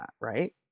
right